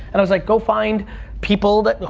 and i was like, go find people that,